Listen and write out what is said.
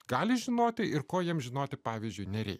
gali žinoti ir ko jiems žinoti pavyzdžiui nereikia